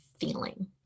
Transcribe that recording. feeling